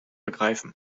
ergreifen